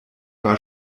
war